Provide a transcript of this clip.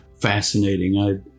fascinating